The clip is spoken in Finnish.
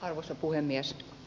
arvoisa puhemies